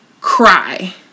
cry